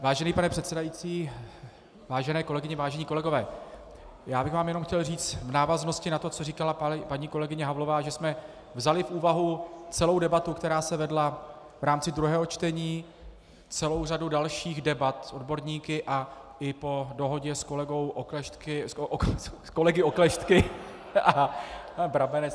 Vážený pane předsedající, vážené kolegyně, vážení kolegové, já bych vám jenom chtěl říct v návaznosti na to, co říkala paní kolegyně Havlová, že jsme vzali v úvahu celou debatu, která se vedla v rámci druhého čtení, celou řadu dalších debat s odborníky a i po dohodě s kolegou Oklešťky... s kolegy Oklešťky ... Brabenec ...